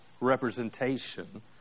representation